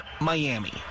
Miami